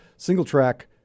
Single-track